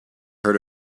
heard